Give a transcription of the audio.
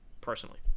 personally